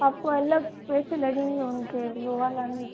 आप को अलग पैसे लगेंगे उनके लोहा लाने के